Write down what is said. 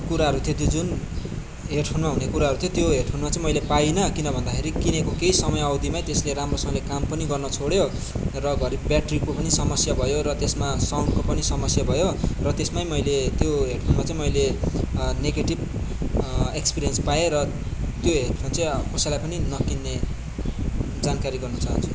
कुराहरू थियो त्यो जुन हेड फोनमा हुने कुराहरू थियो त्यो हेड फोनमा चाहिँ मैले पाइनँ किनभन्दाखेरि किनेको केही समय अवधिमै त्यसले राम्रोसँगले काम पनि गर्न छोड्यो र घरि ब्याट्रीको पनि समस्या भयो र त्यसमा साउन्डको पनि समस्या भयो र त्यसमै मैले त्यो हेड फोनमा चाहिँ मैले नेगेटिब एक्सपिरेन्स पाएँ र त्यो हेड फोन चाहिँ कसैलाई पनि नकिन्ने जानकारी गर्नु चाहन्छु